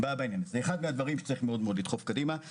זה אחד מן הדברים שצריך מאוד מאוד לדחוף קדימה.